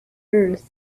earth